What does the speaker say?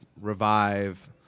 revive